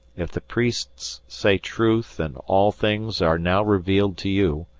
if the priests say truth and all things are now revealed to you,